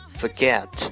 forget